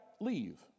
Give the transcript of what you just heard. leave